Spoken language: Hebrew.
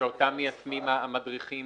שאותם מיישמים המדריכים